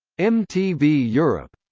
mtv europe